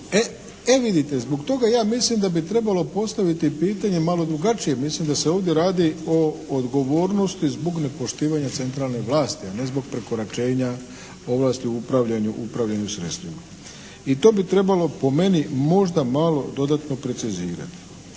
E vidite, zbog toga ja mislim da bi trebalo postaviti pitanje malo drugačije. Mislim da se ovdje radi o odgovornosti zbog nepoštivanja centralne vlasti, a ne zbog prekoračenja ovlasti u upravljanju sredstvima. I to bi trebalo po meni možda malo dodatno precizirati.